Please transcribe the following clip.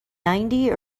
ninety